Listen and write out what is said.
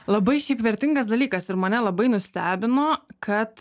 labai šiaip vertingas dalykas ir mane labai nustebino kad